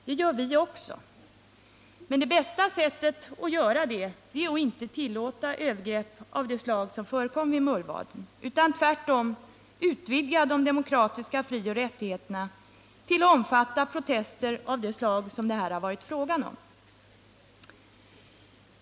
Det gör vi också, men det bästa sättet att göra det är att inte tillåta övergrepp av det slag som förekom i Mullvaden, utan tvärtom utvidga de demokratiska frioch rättigheterna till att omfatta protester av det slag som det här har varit fråga om.